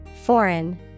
Foreign